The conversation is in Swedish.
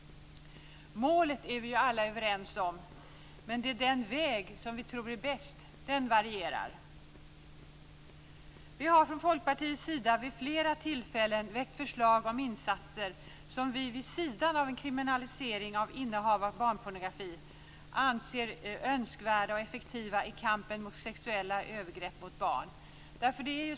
Målet är vi alla överens om, men den väg som vi tror är bäst varierar. Vi har från Folkpartiets sida vid flera tillfällen väckt förslag om insatser som vi vid sidan av en kriminalisering av innehav av barnpornografi anser önskvärda och effektiva i kampen mot sexuella övergrepp mot barn.